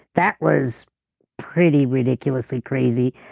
that was pretty ridiculously crazy.